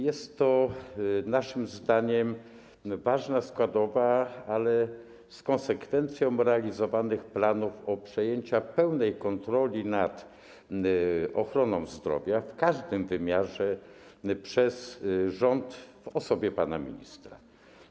Jest to naszym zdaniem ważna składowa, ale z konsekwencją realizowanych planów o przejęciach pełnej kontroli nad ochroną zdrowia w każdym wymiarze przez rząd w osobie pana ministra.